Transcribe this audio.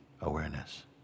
awareness